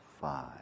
five